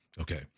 Okay